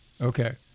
Okay